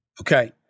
Okay